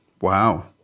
Wow